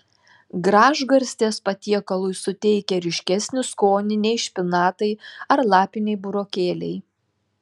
gražgarstės patiekalui suteikia ryškesnį skonį nei špinatai ar lapiniai burokėliai